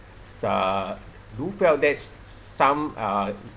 uh do felt that some uh